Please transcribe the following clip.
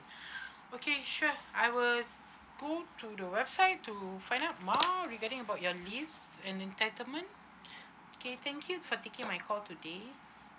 okay sure I will go to the website to find out more regarding about your leave and entitlement okay thank you for taking my call today